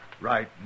Right